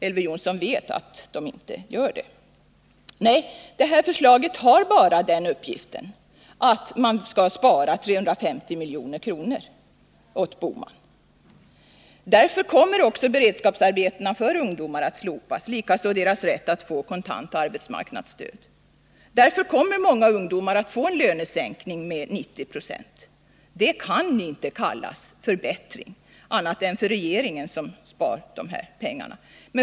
Elver Jonsson vet att de inte gör det. Nej, det här förslaget har bara uppgiften att spara 350 miljoner åt Gösta Bohman. Därför kommer också beredskapsarbetena för ungdomar att slopas, liksom deras rätt att få kontant arbetsmarknadsstöd. Många ungdomar kommer att få en lönesänkning med 90 96. Detta kan inte kallas förbättringar — annat än för regeringen, som sparar dessa pengar.